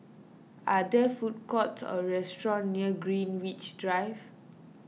are there food courts or restaurants near Greenwich Drive